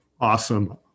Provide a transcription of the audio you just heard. Awesome